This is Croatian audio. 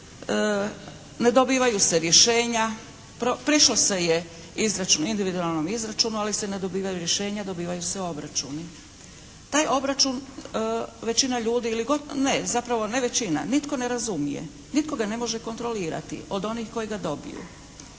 ne dobivaju se rješenja, prišlo se je izračunu, individualnom izračunu, ali se ne dobivaju rješenja. Dobivaju se obračuni. Taj obračun većina ljudi ili, ne, zapravo ne većina. Nitko ne razumije. Nitko ga ne može kontrolirati od onih koji ga dobiju.